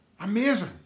Amazing